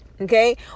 Okay